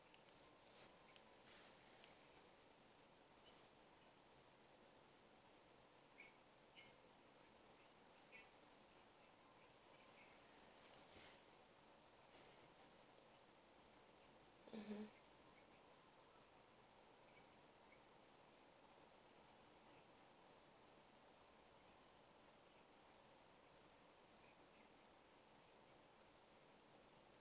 mmhmm